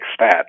stats